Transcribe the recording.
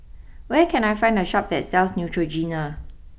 where can I find a Shop that sells Neutrogena